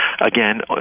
again